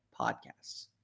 podcasts